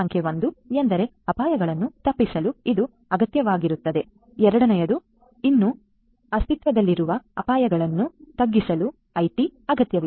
ಸಂಖ್ಯೆ 1 ಎಂದರೆ ಅಪಾಯಗಳನ್ನು ತಪ್ಪಿಸಲು ಇದು ಅಗತ್ಯವಾಗಿರುತ್ತದೆ ಎರಡನೆಯದು ಇನ್ನೂ ಅಸ್ತಿತ್ವದಲ್ಲಿರುವ ಅಪಾಯಗಳನ್ನು ತಗ್ಗಿಸಲು ಐಟಿ ಅಗತ್ಯವಿದೆ